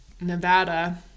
Nevada